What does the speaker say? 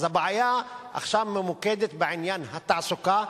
הבעיה עכשיו ממוקדת בעניין התעסוקה,